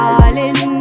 Darling